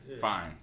Fine